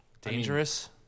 dangerous